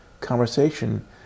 conversation